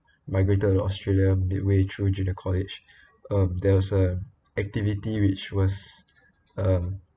migrated to australia midway through junior college um there was a activity which was um